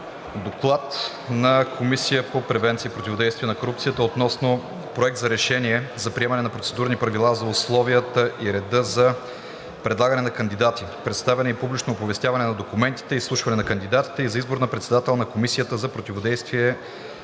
Уважаеми колеги народни представители! „ДОКЛАД относно Проект на решение за приемане на Процедурни правила за условията и реда за предлагане на кандидати, представяне и публично оповестяване на документите, изслушване на кандидатите и за избор на председател на Комисията за противодействие